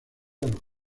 los